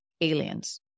Aliens